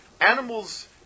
animals